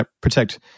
protect